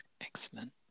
Excellent